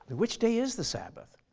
which day is the sabbath?